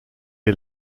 est